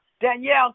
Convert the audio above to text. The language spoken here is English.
Danielle